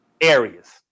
areas